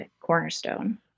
cornerstone